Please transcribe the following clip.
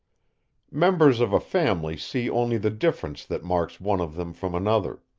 members of a family see only the difference that marks one of them from another.